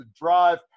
Drive